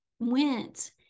Went